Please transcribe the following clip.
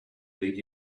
dig